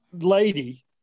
lady